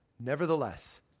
Nevertheless